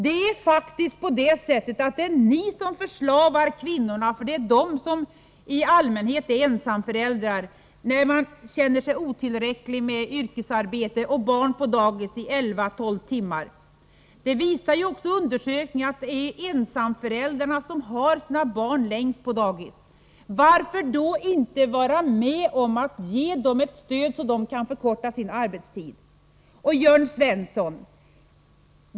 Det är faktiskt ni som förslavar kvinnorna, för det är de som i allmänhet är ensamföräldrar, och får dem att känna sig otillräckliga med yrkesarbete och barn på dagis i 11-12 timmar. Undersökningar visar också att det är ensamföräldrarna som har sina barn längst på dagis. Varför då inte vara med om att ge dem ett stöd så att de kan förkorta sin arbetstid? Jörn Svensson!